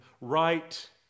right